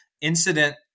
incident